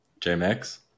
JMX